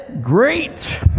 great